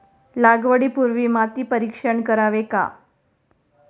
लागवडी पूर्वी माती परीक्षण करावे का?